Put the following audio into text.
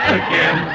again